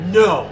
no